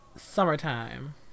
Summertime